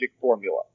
formula